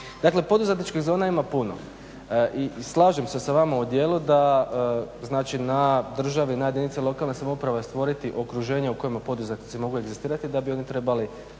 Dakle, poduzetničkih zona ima puno. I slažem se sa vama u dijelu da znači na državi, na jedinici lokalne samouprave je stvoriti okruženje u kojima poduzetnici mogu egzistirati da bi oni trebali,